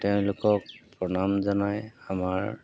তেওঁলোকক প্ৰণাম জনাই আমাৰ